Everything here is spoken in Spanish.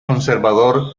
conservador